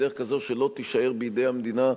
בדרך כזאת שלא תישאר בידי המדינה,